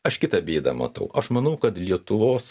aš kitą bėdą matau aš manau kad lietuvos